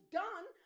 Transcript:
done